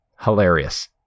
Hilarious